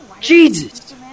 Jesus